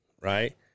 right